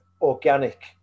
organic